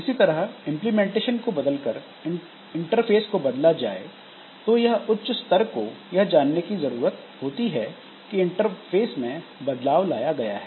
इसी तरह इंप्लीमेंटेशन को बदलकर इंटरफेस को बदला जाए तो उच्च स्तर को यह जानने की जरूरत होती है कि इंटरफ़ेस में बदलाव लाया गया है